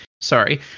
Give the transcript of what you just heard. sorry